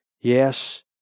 Yes